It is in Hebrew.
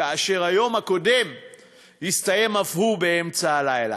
כאשר היום הקודם הסתיים אף הוא באמצע הלילה,